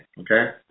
Okay